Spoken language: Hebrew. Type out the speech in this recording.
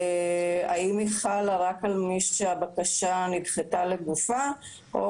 האם היא חלה רק על מי שהבקשה נדחתה לגופה או